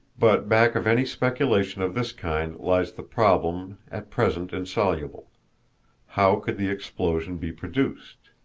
but back of any speculation of this kind lies the problem, at present insoluble how could the explosion be produced?